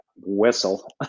whistle